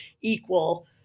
equal